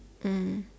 mm